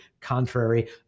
contrary